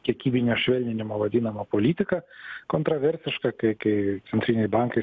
kiekybinio švelninimo vadinamą politiką kontroversišką kai kai centriniai bankai